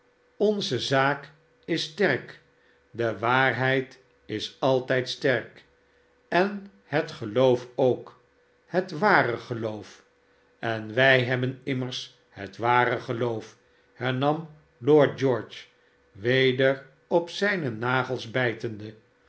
onze zaak is sterk dewaarheid is altijd sterk en het geloof k het ware geloof en wij hebben immers het ware geloof hernam lord george weder op zijne nagels bijtende